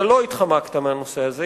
אתה לא התחמקת מהנושא הזה.